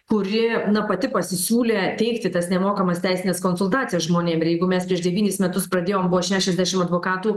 kuri pati pasisiūlė teikti tas nemokamas teisines konsultacijas žmonėm ir jeigu mes prieš devynis metus pradėjom buvo šešiasdešim advokatų